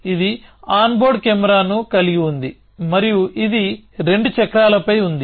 ఇది on board కెమెరాను కలిగి ఉంది మరియు ఇది రెండు చక్రాలపై ఉంది